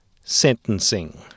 sentencing